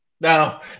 Now